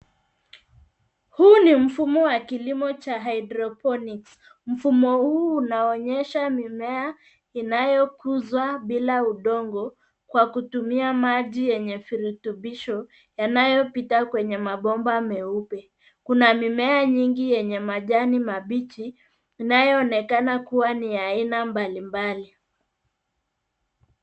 Huu ni mfumo wa kilimo cha hydroponics . Mfumo huu unaonyesha mimea inayokuzwa bila udongo kwa kutumia maji yenye virutubisho yanayopita kwenye mabomba meupe. Kuna mimea nyingi yenye majani mabichi inayoonekana kuwa ni ya aina mbalimbali.